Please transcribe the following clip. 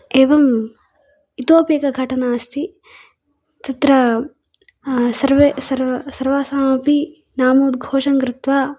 एवम् इतोऽपि एका घटना अस्ति तत्र सर्वे सर्व सर्वासामपि नामोद्घोषणं कृत्वा